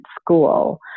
school